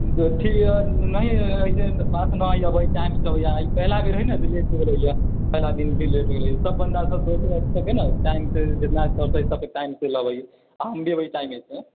देखियौ नहि अइसँ बात नही एबै टाइमसँ एबै आइ पहिला दिन है ने तऽ लेट हो गेलै है पहिला दिन लेट भेलै है सभ बन्दा सभ दोसरो सभके ने सभ टइम सँ जितना कहबै सभ टाइमसँ लअबै आओर हम भी एबै टाइम सँ